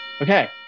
Okay